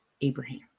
Abraham